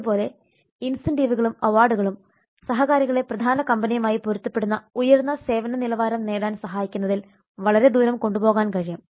അതുപോലെ ഇൻസെന്റീവുകളും അവാർഡുകളും സഹകാരികളെ പ്രധാന കമ്പനിയുമായി പൊരുത്തപ്പെടുന്ന ഉയർന്ന സേവന നിലവാരം നേടാൻ സഹായിക്കുന്നതിൽ വളരെ ദൂരം കൊണ്ടുപോകാൻ കഴിയും